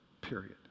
period